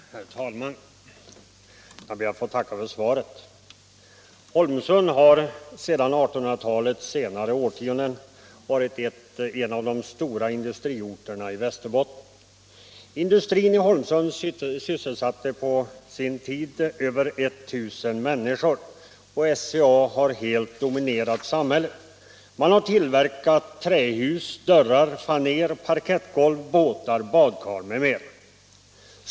Herr talman! Jag ber att få tacka för svaret. Holmsund har sedan 1800-talets senare årtionden varit en av de stora industriorterna i Västerbotten. Industrin i Holmsund sysselsatte på sin tid över 1000 människor och SCA har helt dominerat samhället. Man har tillverkat trähus, dörrar, faner, parkettgolv, båtar, badkar m.m.